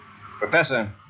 Professor